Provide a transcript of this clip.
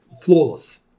flawless